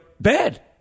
bad